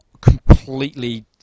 Completely